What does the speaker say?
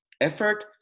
effort